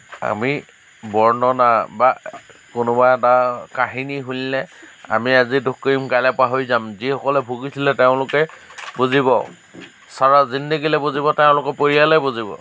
আমি বৰ্ণনা বা কোনোবা এটা কাহিনী শুনিলে আমি আজি দুখ কৰিম কাইলৈ পাহৰি যাম যিসকলে ভুগিছিলে তেওঁলোকে বুজিব চাৰা জিন্দেগীলৈ বুজিব তেওঁলোকৰ পৰিয়ালে বুজিব